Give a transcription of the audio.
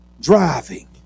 driving